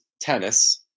tennis